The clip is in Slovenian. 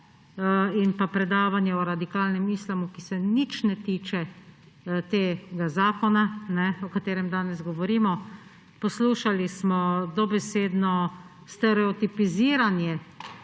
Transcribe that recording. in predavanje o radikalnem islamu, ki se nič ne tiče tega zakona, o katerem danes govorimo. Poslušali smo dobesedno stereotipiziranje